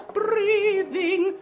breathing